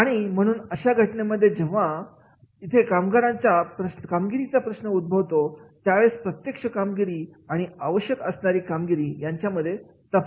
आणि म्हणून अशा घटनेमध्ये जेव्हा इथे कामगिरीचा प्रश्न उद्भवतो त्यावेळेस प्रत्यक्ष कामगिरी आणि आवश्यक असणारी कामगिरी यांच्यामध्ये तफावत असू शकते